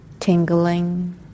tingling